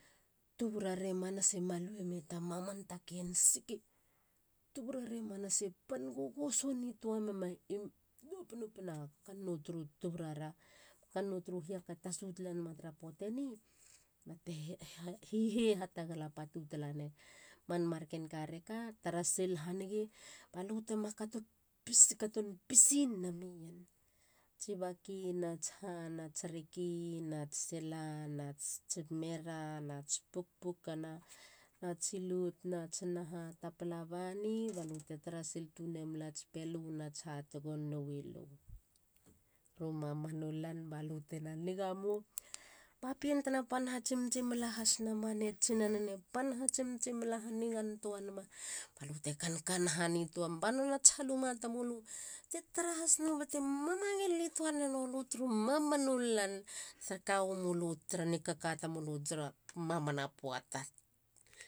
Tuburarei manasi ma lue mei ta maman ta ken siki. tuburarei manasi pan gogoso nitua mema i nou pinpino a kannou turu tuburara. Kannou turu hiake tasu talanama tara puateni. ba te ha hine hatagala patu talaner. man marken ka reka. tarasil hanige balute ma (kato pis)katon pisin nemien. Tsi nats ha? Nats reki nats sela natsi mera nats pukpukana natsi lout nats naha. tapala bani balute tarasil tune malats pelu nats hatego nou i lu turu mamanu lan ba lu tena nigamou ba pien tena pan ha tsimtsimala has nama ne tsinanen e pan ha tsimtsimala hanigantoa nama balute kankanaha nituam ba nonei haluma tamulu te tara hasno bete mamangil nitua nenolu turu mananu lan te kawamulu tara ni kaka tamulu tara mamana poata.